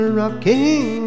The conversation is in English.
rocking